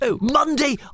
Monday